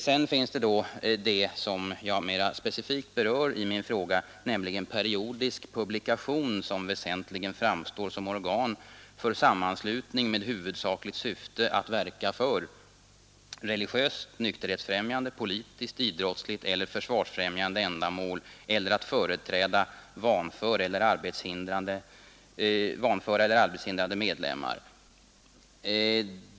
Sedan finns det som jag mera specifikt berör i min fråga, nämligen periodisk publikation som väsentligen framstår som organ för sammanslutning med huvudsakligt syfte att verka för religiöst, nykterhetsfrämjande, politiskt, idrottsligt eller försvarsfrämjande ändamål eller att företräda vanföra eller arbetshindrade medlemmar.